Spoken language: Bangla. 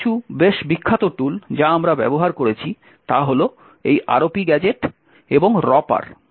তাই কিছু বেশ বিখ্যাত টুল যা আমরা ব্যবহার করেছি তা হল এই ROP গ্যাজেট এবং রপার